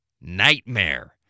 Nightmare